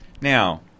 Now